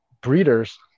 breeders